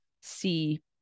see